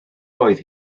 oedd